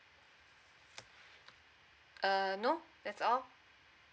uh no that's all